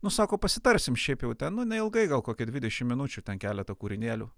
nu sako pasitarsim šiaip jau ten nu neilgai gal kokia dvidešim minučių ten keletą kūrinėlių